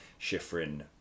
Schifrin